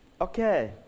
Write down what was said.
Okay